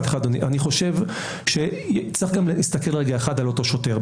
צריך גם להסתכל רגע אחד על אותו שוטר.